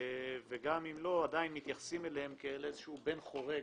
וגם אם לא עדיין מתייחסים אליהם כאל בן חורג